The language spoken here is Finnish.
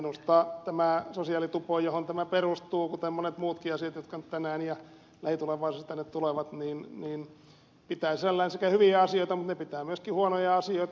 minusta tämä sosiaalitupo johon tämä perustuu kuten monet muutkin asiat jotka tänään ja lähitulevaisuudessa tänne tulevat pitää sisällään hyviä asioita mutta ne pitävät myöskin huonoja asioita